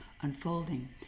unfolding